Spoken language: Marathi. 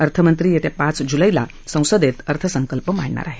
अर्थमंत्री येत्या पाच ज्लैला संसदेत अर्थसंकल्प मांडणार आहेत